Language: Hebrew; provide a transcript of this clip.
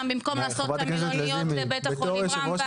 במקום לעשות שם מלוניות לבית החולים רמב"ם.